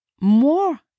more